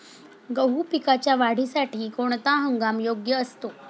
गहू पिकाच्या वाढीसाठी कोणता हंगाम योग्य असतो?